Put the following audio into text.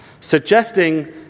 suggesting